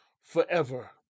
forever